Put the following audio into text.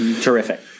Terrific